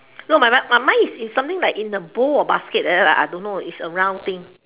no but mine mine mine is in something like in a bowl or basket like that I don't know is a round thing